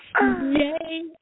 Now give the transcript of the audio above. Yay